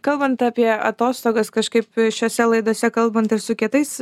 kalbant apie atostogas kažkaip šiose laidose kalbant ir su kitais